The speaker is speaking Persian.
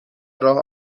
راه